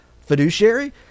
Fiduciary